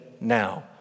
now